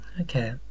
Okay